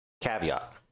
caveat